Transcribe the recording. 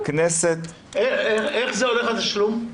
איך הולך התשלום?